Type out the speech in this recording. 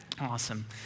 Awesome